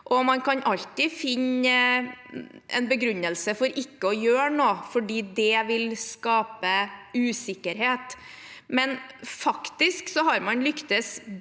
Man kan alltid finne en begrunnelse for ikke å gjøre noe fordi det vil skape usikkerhet, men faktisk har man lyktes